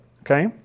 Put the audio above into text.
Okay